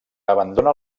abandona